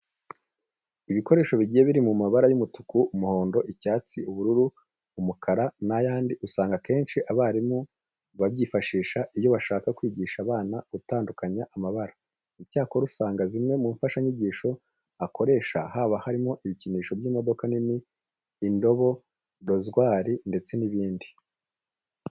Ibikoresho bigiye biri mu mabara y'umutuku, umuhondo, icyatsi, ubururu, umukara n'ayandi usanga akenshi abarimu babyifashisha iyo bashaka kwigisha abana gutandukanya amabara. Icyakora usanga zimwe mu mfashanyigisho akoresha haba harimo ibikinisho by'imodoka nini, indobo, rozwari ndetse n'ibindi.